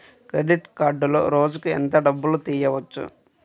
Credit కార్డులో రోజుకు ఎంత డబ్బులు తీయవచ్చు?